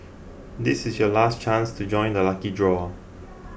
this is your last chance to join the lucky draw